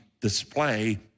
display